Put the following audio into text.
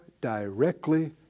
directly